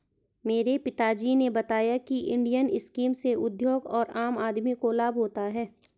मेरे पिता जी ने बताया की इंडियन स्कीम से उद्योग और आम आदमी को लाभ होता है